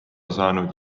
saanud